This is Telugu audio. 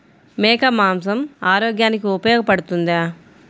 మేక మాంసం ఆరోగ్యానికి ఉపయోగపడుతుందా?